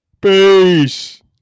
Peace